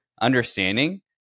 understanding